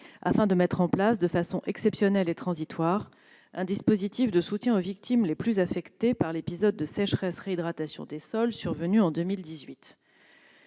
est de mettre en place, de façon exceptionnelle et transitoire, un dispositif de soutien aux victimes les plus affectées par l'épisode de sécheresse-réhydratation des sols survenu en 2018.